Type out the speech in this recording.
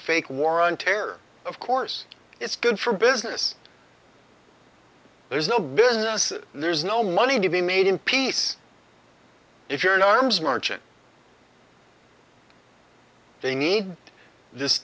fake war on terror of course it's good for business there's no business there's no money to be made in peace if you're an arms merchant they need this